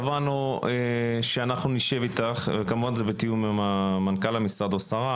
קבענו שאנחנו נשב עם המשרד לקליטת עלייה.